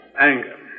anger